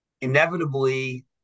inevitably